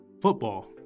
football